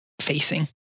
facing